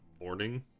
morning